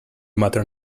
matter